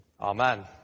Amen